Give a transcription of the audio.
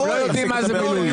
הוא לא יודע מה זה מילואים,